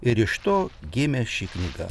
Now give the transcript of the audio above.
ir iš to gimė ši knyga